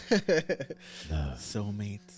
soulmates